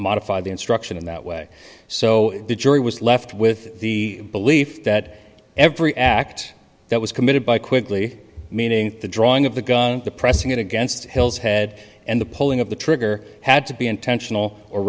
modify the instruction in that way so the jury was left with the belief that every act that was committed by quickly meaning the drawing of the gun the pressing against his head and the pulling of the trigger had to be intentional or